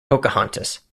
pocahontas